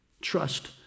Trust